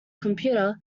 computer